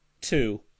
two